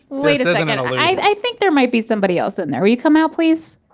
wait a second. and like i think there might be somebody else in there. will you come out please?